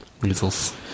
Weasels